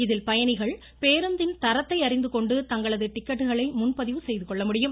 இதில் பயணிகள் பேருந்தின் தரத்தை அறிந்துகொண்டு தங்களது டிக்கெட்டுகளை முன்பதிவு செய்துகொள்ள முடியும்